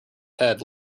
head